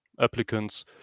applicants